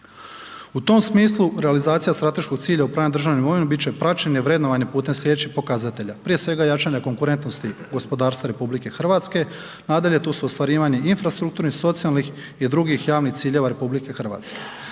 U tom smislu realizacija strateškog cilja upravljanja državnom imovinom bit će praćenje i vrednovanje putem slijedećih pokazatelja. Prije svega jačanje konkurentnosti gospodarstva RH, nadalje, tu su ostvarivanje infrastrukturnih, socijalnih i drugih javnih ciljeva RH.